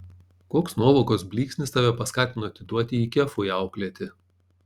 koks nuovokos blyksnis tave paskatino atiduoti jį kefui auklėti